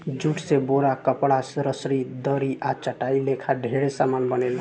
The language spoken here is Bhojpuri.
जूट से बोरा, कपड़ा, रसरी, दरी आ चटाई लेखा ढेरे समान बनेला